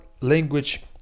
language